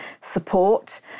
support